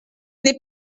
n’est